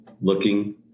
looking